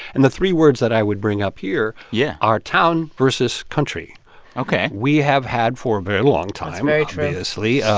and the three words that i would bring up here. yeah. are town versus country ok we have had, for a very long time. that's very true. obviously, yeah